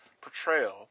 portrayal